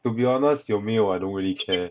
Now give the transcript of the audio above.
to be honest 有没有 I don't really care